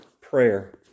prayer